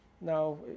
Now